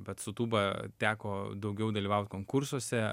bet su tūba teko daugiau dalyvaut konkursuose